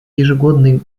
ежегодный